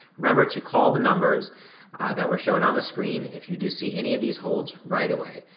remember to call the numbers that were shown on the screen if you do see any of these holds right away.